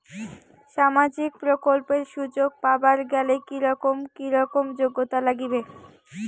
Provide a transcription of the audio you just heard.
সামাজিক প্রকল্পের সুযোগ পাবার গেলে কি রকম কি রকম যোগ্যতা লাগিবে?